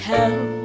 Help